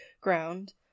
ground